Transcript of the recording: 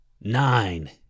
Nine